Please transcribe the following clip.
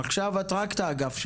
עכשיו את רק את האגף שלך.